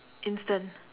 instant